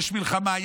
יש מלחמה,